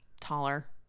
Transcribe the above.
taller